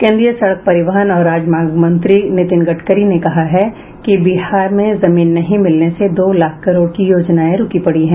केंद्रीय सड़क परिवहन और राजमार्ग मंत्री नितिन गडकरी ने कहा है कि बिहार में जमीन नहीं मिलने से दो लाख करोड़ की योजनायें रूकी पड़ी है